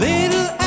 Little